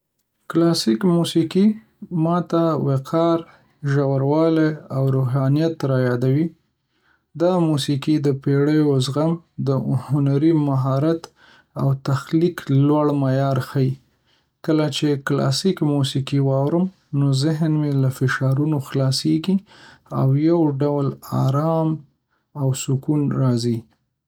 کلاسیک موسیقي ما ته وقار، ژوروالی، او روحانیت رايادوي. دا موسیقي د پېړیو زغم، د هنري مهارت او تخلیق لوړ معیار ښيي. کله چې کلاسیک موسیقي واورم، نو ذهن مې له فشارونو خلاصېږي او یو ډول آرام او سکون راځي.